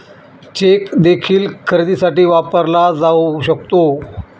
check देखील खरेदीसाठी वापरला जाऊ शकतो